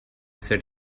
said